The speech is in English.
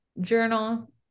journal